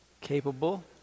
capable